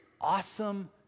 Awesome